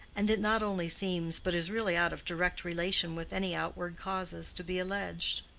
and it not only seems but is really out of direct relation with any outward causes to be alleged.